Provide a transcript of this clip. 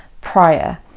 prior